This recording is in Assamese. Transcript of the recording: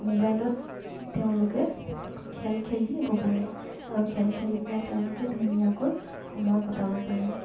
মোবাইলত তেওঁলোকে খেল খেলিব পাৰে আৰু খেল খেলি পিনাই তেওঁলোকে ধুনীয়াকৈ সময় কটাব পাৰে